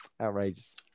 Outrageous